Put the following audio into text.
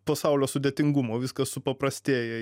pasaulio sudėtingumo viskas supaprastėja